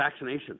vaccinations